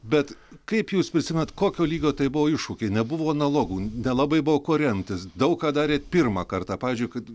bet kaip jūs prisimenat kokio lygio tai buvo iššūkiai nebuvo analogų nelabai buvo kuo remtis daug ką darėt pirmą kartą pavyzdžiui kad